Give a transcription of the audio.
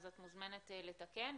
את מוזמנת לתקן,